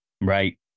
Right